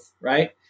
right